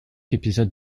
épisodes